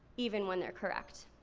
even when they're correct.